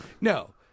no